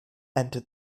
entered